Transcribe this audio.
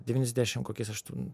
devyniasdešim kokiais aštun